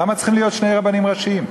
למה צריכים להיות שני רבנים ראשיים?